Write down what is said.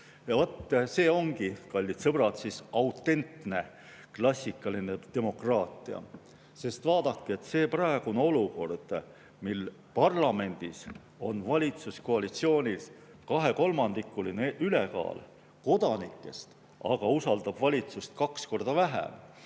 see ongi, kallid sõbrad, autentne klassikaline demokraatia. Sest vaadake, see praegune olukord, kus parlamendis on valitsuskoalitsioonil kahekolmandikuline ülekaal, kodanikest aga usaldab valitsust kaks korda vähem